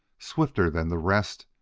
swifter than the rest,